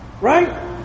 right